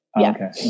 Okay